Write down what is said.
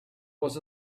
was